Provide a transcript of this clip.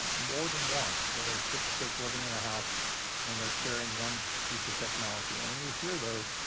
um more than one, where there's six kids living in a house and they're sharing one piece of technology, and when we hear those,